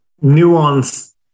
nuance